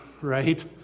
right